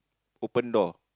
open door